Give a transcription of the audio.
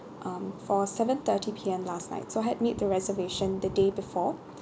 um for seven thirty P_M last night so had made the reservation the day before